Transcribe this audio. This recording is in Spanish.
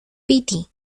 piti